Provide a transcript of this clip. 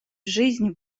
жизнь